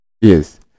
Yes